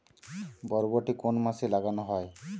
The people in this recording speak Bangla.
বরবটি কোন মাসে লাগানো হয়?